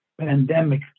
pandemic